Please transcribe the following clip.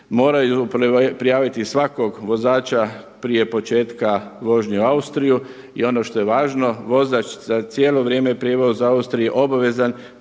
moraju prijaviti svakog vozača prije početka vožnje u Austriju. I ono što je važno, vozač za cijelo vrijeme prijevoz Austrije je obavezan